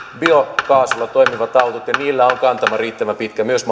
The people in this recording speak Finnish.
biokaasulla toimivat autot ja niillä on kantama riittävän pitkä myös